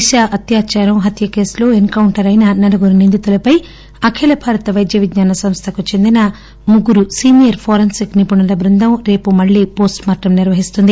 దిశా అత్యాచారం హత్య కేసులో ఎస్ కౌంటర్ అయిన నలుగురు నిందితులపై అఖిల భారత పైద్య విజ్ఞాన సంస్థకు చెందిన ముగ్గురు సీనియర్ ఫోరెన్సిక్ నిపుణుల బృందం రేపు మళ్లీ పోస్టుమార్లం నిర్వహిస్తుంది